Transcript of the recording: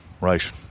right